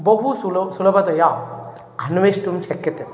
बहू सुलो सुलभतया अन्वेष्टुं शक्यते